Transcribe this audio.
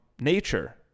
nature